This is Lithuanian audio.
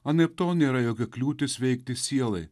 anaiptol nėra jokia kliūtis veikti sielai